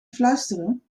fluisteren